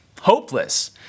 hopeless